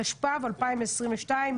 התשפ"ב-2022,